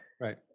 Right